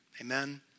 Amen